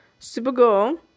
Supergirl